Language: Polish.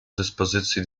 dyspozycji